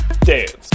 Dance